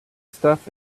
stuff